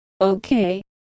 Okay